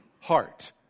heart